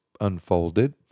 unfolded